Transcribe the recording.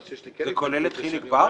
מה שיש לי כן התנגדות --- זה כולל את חיליק בר,